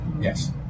yes